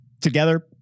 together